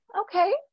okay